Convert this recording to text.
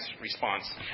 response